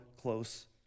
close